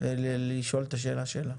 לשאול את השאלה שלה.